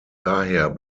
daher